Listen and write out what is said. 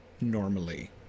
normally